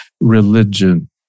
religion